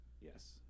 yes